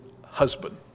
husband